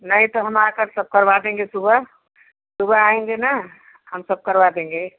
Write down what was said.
नहीं तो हम आ कर सब करवा देंगे सुबह सुबह आएँगे ना हम सब करवा देंगे